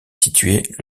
située